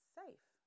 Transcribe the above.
safe